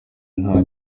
nta